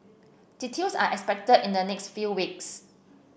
details are expected in the next few weeks